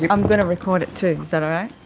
i'm gonna record it too, is that all right?